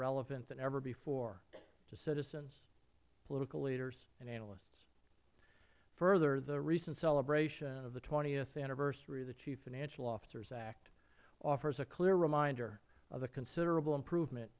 relevant than ever before to citizens political leaders and analysts further the recent celebration of the th anniversary of the chief financial officers act offers a clear reminder of the considerable improvement